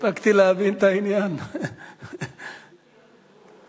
ההצעה להעביר את הנושא לוועדת החינוך,